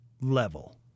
level